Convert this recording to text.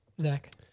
Zach